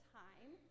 time